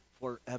forever